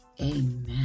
Amen